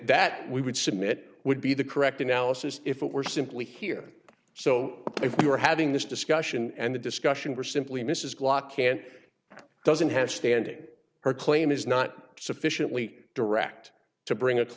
that we would submit would be the correct analysis if it were simply here so if we were having this discussion and the discussion were simply mrs glock can't doesn't have standing her claim is not sufficiently direct to bring